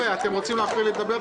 חבר'ה, אתם רוצים להתחיל לדבר?